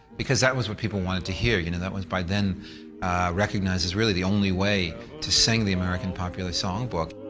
because that was what people wanted to hear, you know that was by then recognized as the only way to sing the american popular songbook.